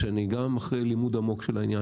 שאני גם אחרי לימוד עמוק של העניין